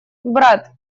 брат